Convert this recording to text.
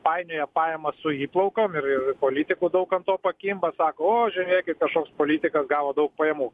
painioja pajamas su įplaukom ir politikų daug ant to pakimba sako o žiūrėkit kažkoks politikas gavo daug pajamų